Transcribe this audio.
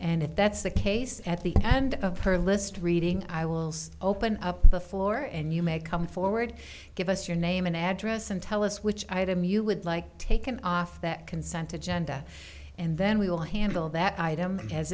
and if that's the case at the end of her list reading i will open up the floor and you may come forward give us your name and address and tell us which item you would like taken off that consented genda and then we will handle that item as